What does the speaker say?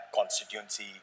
constituency